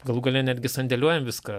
galų gale netgi sandėliuojam viską